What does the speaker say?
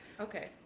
okay